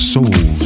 Soul